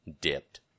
dipped